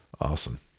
awesome